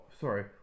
sorry